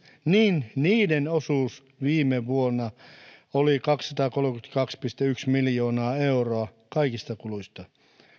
niin niiden osuus viime vuonna oli kaksisataakolmekymmentäkaksi pilkku yksi miljoonaa euroa kaikista kuluista